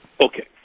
Okay